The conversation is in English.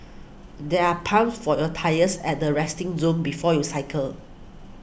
there are pumps for your tyres at the resting zone before you cycle